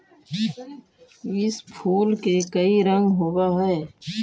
इस फूल के कई रंग होव हई